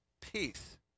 peace